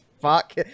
fuck